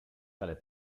tale